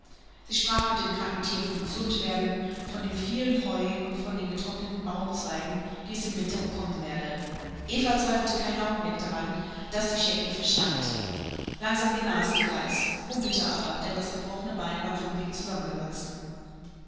sie sprach mit dem kranken tier vom gesundwerden von dem vielen heu und von den getrockneten baumzweigen die es im winter bekommen werde eva zweifelte keinen augenblick daran daß die scheckin verstand langsam genas die geiß humpelte aber denn das gebrochene bein war klumpig zusammengewachsen